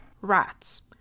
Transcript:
rats